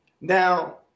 Now